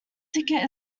ticket